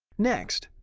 next,